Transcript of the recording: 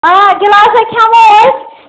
آ گِلاسے کھیٚمو أسۍ